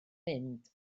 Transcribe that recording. mynd